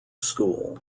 school